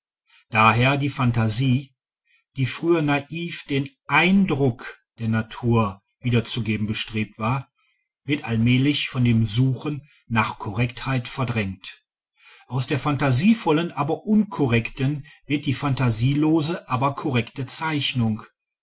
d h die phantasie die früher naiv den eindruck der natur wiederzugeben bestrebt war wird allmählich von dem suchen nach korrektheit verdrängt aus der phantasievollen aber unkorrekten wird die phantasielose aber korrekte zeichnung